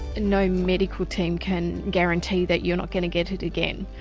no medical team can guarantee that you're not going to get it again.